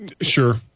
sure